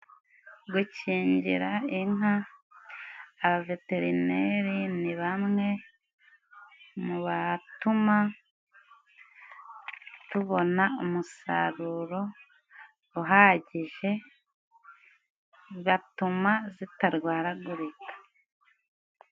Gukingira inka, abaveterineri ni bamwe mu batuma tubona umusaruro uhagije, batuma zitarwaragurika.